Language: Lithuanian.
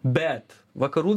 bet vakarų